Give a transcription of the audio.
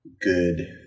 good